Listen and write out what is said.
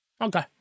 Okay